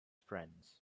friends